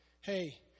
Hey